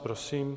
Prosím.